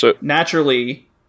naturally